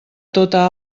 tota